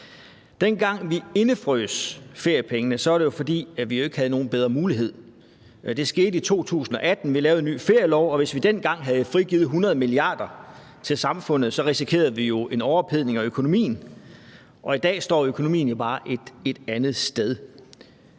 Dengang vi indefrøs feriepengene, var det jo, fordi vi ikke havde nogen bedre mulighed. Det skete i 2018. Vi lavede en ny ferielov, og hvis vi dengang havde frigivet 100 mia. kr. til samfundet, risikerede vi jo en overophedning af økonomien, og i dag står økonomien jo bare et andet sted.